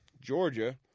Georgia